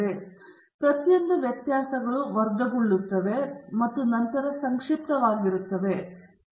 ಆದ್ದರಿಂದ ಪ್ರತಿಯೊಂದು ವ್ಯತ್ಯಾಸಗಳು ವರ್ಗಗೊಳ್ಳುತ್ತವೆ ಮತ್ತು ನಂತರ ಸಂಕ್ಷಿಪ್ತವಾಗಿರುತ್ತವೆ